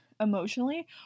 emotionally